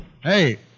Hey